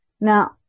Now